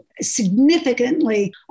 significantly